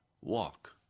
walk